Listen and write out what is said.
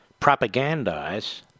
propagandize